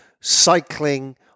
cycling